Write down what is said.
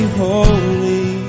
holy